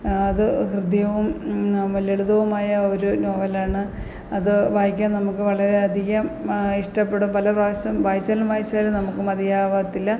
അത് ഹൃദ്യവും ലളിതവുമായ ഒരു നോവലാണ് അത് വായിക്കാൻ നമുക്ക് വളരെയധികം ഇഷ്ടപ്പെടും പല പ്രാവശ്യം വായിച്ചാലും വായിച്ചാലും നമുക്ക് മതിയാവത്തില്ല